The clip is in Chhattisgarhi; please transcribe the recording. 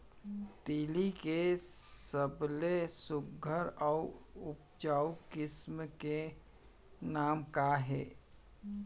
तिलि के सबले सुघ्घर अऊ उपजाऊ किसिम के नाम का हे?